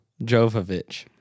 Jovovich